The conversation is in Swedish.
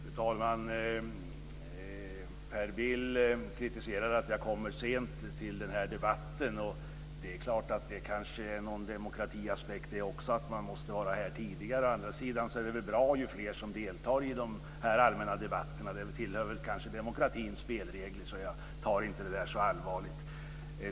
Fru talman! Per Bill kritiserar att jag kommer sent till den här debatten, och det är kanske också en demokratiaspekt att man borde vara här tidigare. Å andra sidan är det väl bra ju fler som deltar i de allmänna debatterna. Också det tillhör demokratins spelregler, så jag tar inte så allvarligt på den saken.